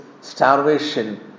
starvation